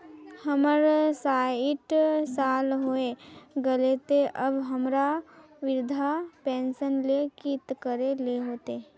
हमर सायट साल होय गले ते अब हमरा वृद्धा पेंशन ले की करे ले होते?